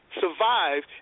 survive